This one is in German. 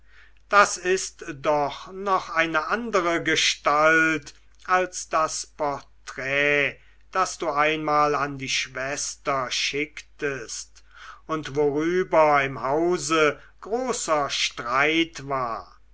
das ist doch eine andere gestalt als das porträt das du einmal an deine schwester schicktest und worüber im hause großer streit war